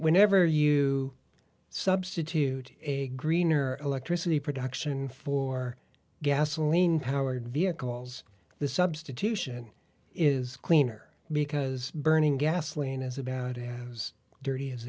whenever you substitute a greener electricity production for gasoline powered vehicles the substitution is cleaner because burning gasoline is about as dirty as